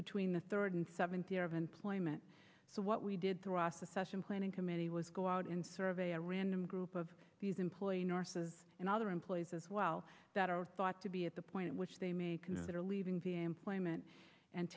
between the third and seventh year of employment so what we did through the succession planning committee was go out and survey a random group of these employee nurses and other employees as well that are thought to be at the point at which they are leaving the employment and